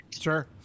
Sure